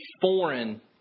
foreign